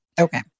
Okay